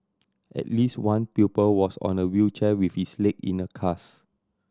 at least one pupil was on a wheelchair with his leg in a cast